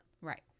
Right